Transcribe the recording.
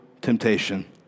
temptation